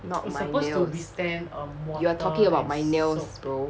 not my nails you are talking about my nails bro